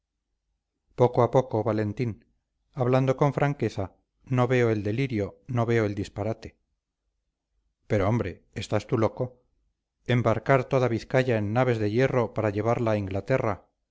poco a poco valentín hablando con franqueza no veo el delirio no veo el disparate pero hombre estás tú loco embarcar toda vizcaya en naves de hierro para llevarla a inglaterra